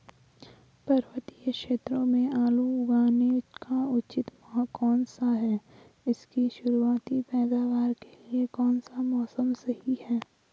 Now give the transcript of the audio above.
पर्वतीय क्षेत्रों में आलू लगाने का उचित माह कौन सा है इसकी शुरुआती पैदावार के लिए कौन सा मौसम सही है?